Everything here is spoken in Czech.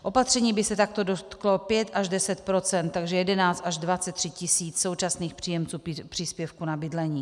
Opatření by se takto dotklo 5 až 10 %, takže 11 až 23 tisíc současných příjemců příspěvků na bydlení.